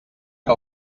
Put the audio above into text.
que